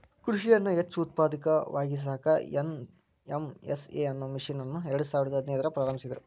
ಕೃಷಿಯನ್ನ ಹೆಚ್ಚ ಉತ್ಪಾದಕವಾಗಿಸಾಕ ಎನ್.ಎಂ.ಎಸ್.ಎ ಅನ್ನೋ ಮಿಷನ್ ಅನ್ನ ಎರ್ಡಸಾವಿರದ ಹದಿನೈದ್ರಾಗ ಪ್ರಾರಂಭಿಸಿದ್ರು